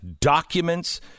documents